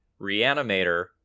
reanimator